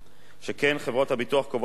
שכן חברות הביטוח קובעות את הפרמיה